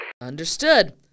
Understood